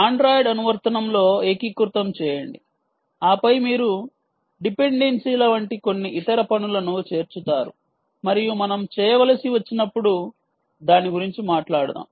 Android అనువర్తనంలో ఏకీకృతం చేయండి ఆపై మీరు డిపెండెన్సీల వంటి కొన్ని ఇతర పనులను చేర్చుతారు మరియు మనం చేయవలసి వచ్చినప్పుడు దాని గురించి మాట్లాడుదాం